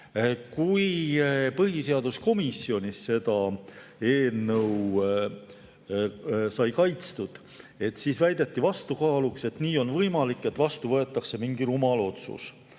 Kui põhiseaduskomisjonis seda eelnõu sai kaitstud, siis seal väideti vastukaaluks, et nii on võimalik, et vastu võetakse mingi rumal otsus.